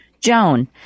Joan